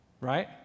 Right